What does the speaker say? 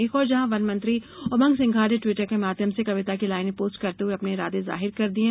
एक और जहां वन मंत्री उमंग सिंघार ने ट्विटर के माध्यम से कविता की लाइनें पोस्ट करते हुए अपने इरादे जाहिर कर दिये हैं